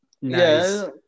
Yes